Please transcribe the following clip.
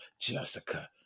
Jessica